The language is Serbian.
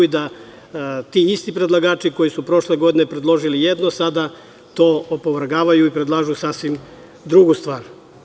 Ti isti predlagači koji su prošle godine predložili jedno, sada to opovrgavaju i predlažu sasvim drugu stvar.